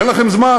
אין לכם זמן